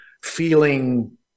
feeling